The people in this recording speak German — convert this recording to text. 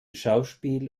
schauspiel